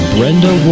Brenda